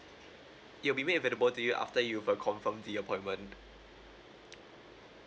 it'll be made available to you after you've uh confirmed the appointment